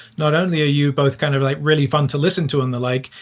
not only are you both kind of like really fun to listen to and the like,